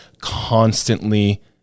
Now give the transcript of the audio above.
constantly